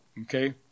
Okay